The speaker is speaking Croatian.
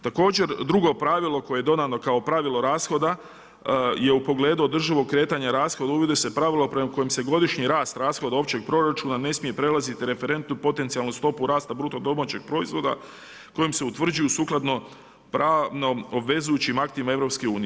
Također drugo pravilo koje je dodano kao pravilo rashoda je u pogledu održivog kretanja rashoda uvodi se pravilo prema kojem se godišnji rast, rashod općeg proračuna ne smije prelazit referentnu potencijalnu stopu rasta bruto domaćeg proizvoda kojim se utvrđuju sukladno pravno obvezujućim aktima EU.